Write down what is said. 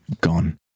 gone